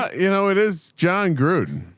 you know, it is john gruden,